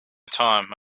time